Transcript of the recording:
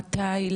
מתי,